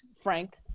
Frank